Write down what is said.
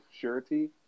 surety